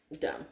dumb